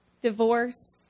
divorce